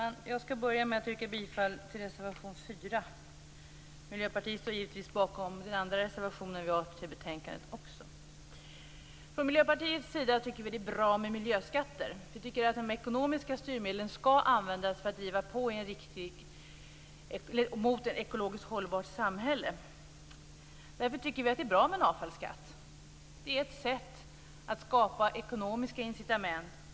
Fru talman! Jag börjar med att yrka bifall till reservation 4. Miljöpartiet står givetvis också bakom den andra reservation som vi har avgivit vid betänkandet. Vi tycker från Miljöpartiets sida att det är bra med miljöskatter. Vi menar att de ekonomiska styrmedlen skall användas för att driva på mot ett ekologiskt hållbart samhälle. Vi tycker därför att det är bra med en avfallsskatt. Det är ett sätt att skapa ekonomiska incitament.